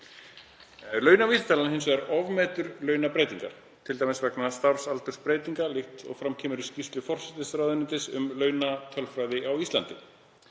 Launavísitalan ofmetur launabreytingar, t.d. vegna starfsaldursbreytinga líkt og fram kemur í skýrslu forsætisráðuneytis um launatölfræði á Íslandi.